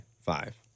five